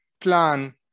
plan